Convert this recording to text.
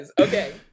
Okay